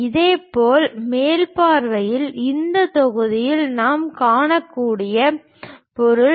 இதேபோல் மேல் பார்வையில் இந்த தொகுதியில் நாம் காணக்கூடிய பொருள்